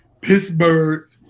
Pittsburgh